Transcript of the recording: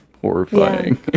horrifying